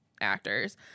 actors